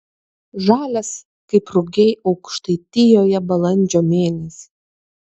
žalias kaip rugiai aukštaitijoje balandžio mėnesį